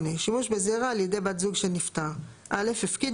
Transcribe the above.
שימוש בזרע על ידי בת זוג של נפטר 8. (א) הפקיד